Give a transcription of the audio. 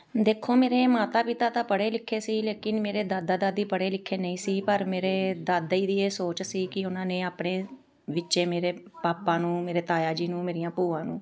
ਦੇਖੋ ਮੇਰੇ ਮਾਤਾ ਪਿਤਾ ਤਾਂ ਪੜ੍ਹੇ ਲਿਖੇ ਸੀ ਲੇਕਿਨ ਮੇਰੇ ਦਾਦਾ ਦਾਦੀ ਪੜ੍ਹੇ ਲਿਖੇ ਨਹੀਂ ਸੀ ਪਰ ਮੇਰੇ ਦਾਦਾ ਜੀ ਦੀ ਇਹ ਸੋਚ ਸੀ ਕਿ ਉਹਨਾਂ ਨੇ ਆਪਣੇ ਵਿੱਚੇ ਮੇਰੇ ਪਾਪਾ ਨੂੰ ਮੇਰੇ ਤਾਇਆ ਜੀ ਨੂੰ ਮੇਰੀਆਂ ਭੂਆ ਨੂੰ